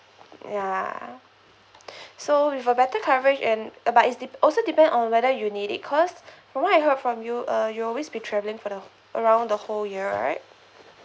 ya so with a better coverage and but it's also depends on whether you need it cause from what I heard from you uh you always be traveling for the around the whole year right